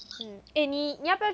mm eh 你你要不要